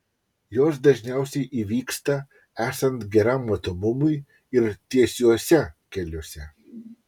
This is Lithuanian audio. jos dažniausiai įvyksta esant geram matomumui ir tiesiuose keliuose